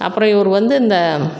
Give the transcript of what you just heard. அப்புறம் இவர் வந்து இந்த